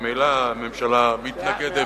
ממילא הממשלה מתנגדת